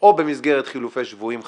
או במסגרת חילופי שבויים חלילה,